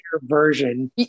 version